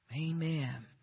Amen